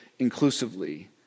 Inclusively